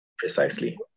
Precisely